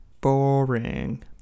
Boring